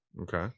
Okay